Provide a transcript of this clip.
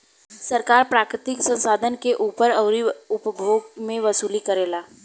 सरकार प्राकृतिक संसाधन के ऊपर अउरी उपभोग मे वसूली करेला